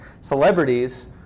celebrities